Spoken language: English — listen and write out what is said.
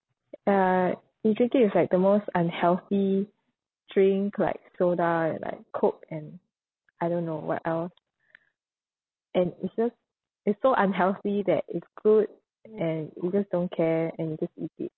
uh you drink it with like the most unhealthy drink like soda and like coke and I don't know what else and it's just it's so unhealthy that is good and you just don't care and you just eat it